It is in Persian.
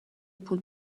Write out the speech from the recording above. پول